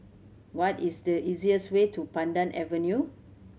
what is the easiest way to Pandan Avenue